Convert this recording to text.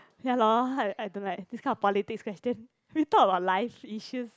ya lor I I don't like this kind of politics question we talk about life issues